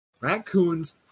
raccoons